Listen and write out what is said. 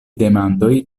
demandoj